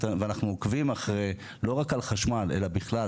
ואנחנו עוקבים לא רק על חשמל אלא בכלל,